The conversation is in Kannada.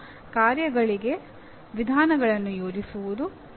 ಒಂದು ಕಾರ್ಯಗಳಿಗೆ ವಿಧಾನಗಳನ್ನು ಯೋಜಿಸುವುದು